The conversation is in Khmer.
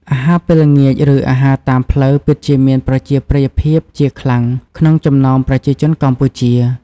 អាហារពេលល្ងាច ឬ អាហារតាមផ្លូវពិតជាមានប្រជាប្រិយភាពជាខ្លាំងក្នុងចំណោមប្រជាជនកម្ពុជា។